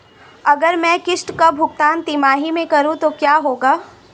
अगर मैं किश्त का भुगतान तिमाही में करूं तो क्या होगा?